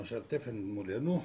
למשל בתפן מולנו,